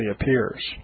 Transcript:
appears